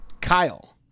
Kyle